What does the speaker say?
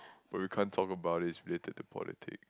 but we can't talk about it is related to politic